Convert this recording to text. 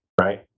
right